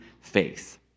faith